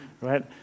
right